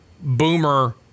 boomer